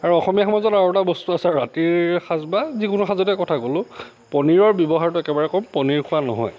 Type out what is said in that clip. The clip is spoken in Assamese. আৰু অসমীয়া সমাজত আৰু এটা বস্তু আছে ৰাতিৰ সাঁজ বা যিকোনো সাঁজতে কথা ক'লোঁ পনিৰৰ ব্যৱহাৰটো একেবাৰেই কম পনিৰ খোৱা নহয়